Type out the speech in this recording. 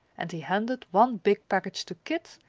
and he handed one big package to kit,